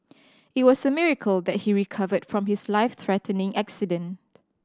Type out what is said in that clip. it was a miracle that he recovered from his life threatening accident